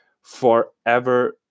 forever